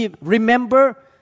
remember